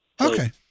Okay